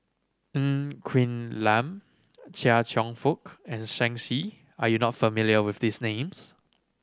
Ng Quee Lam Chia Cheong Fook and Shen Xi are you not familiar with these names